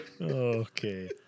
Okay